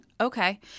Okay